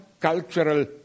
cultural